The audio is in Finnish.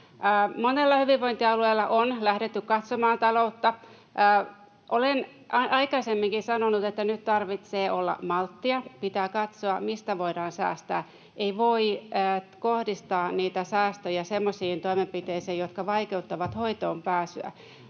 Monella hyvinvointialueella on lähdetty katsomaan taloutta. Olen aikaisemminkin sanonut, että nyt tarvitsee olla malttia. Pitää katsoa, mistä voidaan säästää. Ei voida kohdistaa niitä säästöjä semmoisiin toimenpiteisiin, joissa ne vaikeuttavat hoitoonpääsyä.